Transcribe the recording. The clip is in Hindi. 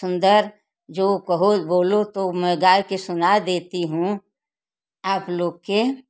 सुन्दर जो कहो बोलो तो मैं गाय के सुना देती हूँ आप लोग के